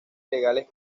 ilegales